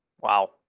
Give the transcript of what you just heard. Wow